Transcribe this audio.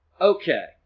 Okay